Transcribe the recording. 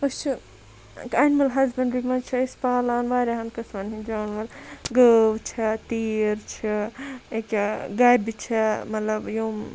أسۍ چھِ animal husbandry مَنٛز چھِ أسۍ پالان واریَہَن قٕسمَن ہِنٛدۍ جاناوار گٲو چھےٚ تیٖر چھِ اکیاہ گَبہِ چھِ مَطلَب یِم